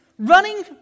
Running